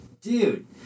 dude